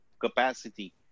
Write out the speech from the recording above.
capacity